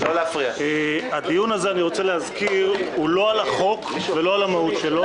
אני רוצה להזכיר שהדיון הזה הוא לא על החוק ולא על המהות שלו,